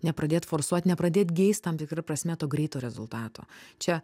nepradėt forsuot nepradėt geist tam tikra prasme to greito rezultato čia